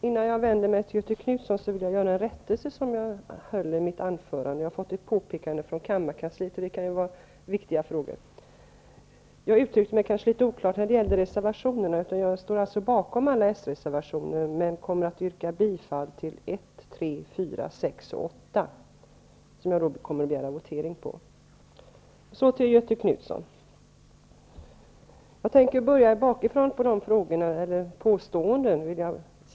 Fru talman! Först vill jag göra några rättelser med anledning av vad jag sagt i mitt anförande tidigare här. Kammarkansliet har nämligen gjort ett påpekande, och det här kan ju vara viktiga saker. Jag uttryckte mig kanske litet oklart när det gäller reservationerna. Därför vill jag säga att jag står bakom alla socialdemokratiska reservationer. Men jag kommer att yrka bifall till reservationerna 1, 3, 4, 6 och 8. Jag kommer att begära votering beträffande motsvarande moment. Så till Göthe Knutson. Jag börjar bakifrån när det gäller Göthe Knutsons påståenden.